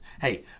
hey